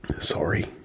Sorry